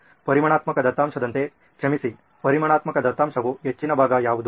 ಪರಿಮಾಣಾತ್ಮಕ ದತ್ತಾಂಶದಂತೆ ಕ್ಷಮಿಸಿ ಪರಿಮಾಣಾತ್ಮಕ ದತ್ತಾಂಶವು ಹೆಚ್ಚಿನ ಭಾಗ ಯಾವುದು